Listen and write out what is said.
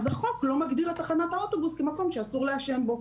החוק לא מגדיר את תחנת האוטובוס כמקום שאסור לעשן בו.